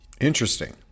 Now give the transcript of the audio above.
interesting